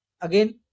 again